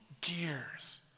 gears